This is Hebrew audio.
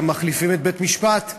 גם מחליפים את בית-המשפט.